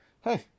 Hey